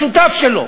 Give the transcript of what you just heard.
השותף שלו,